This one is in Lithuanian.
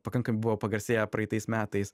pakankamai buvo pagarsėję praeitais metais